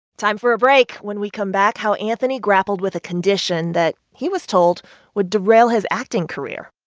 time for a break. when we come back, how anthony grappled with a condition that he was told would derail his acting career.